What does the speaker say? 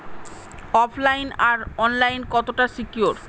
ওফ line আর online কতটা secure?